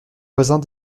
voisins